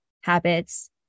habits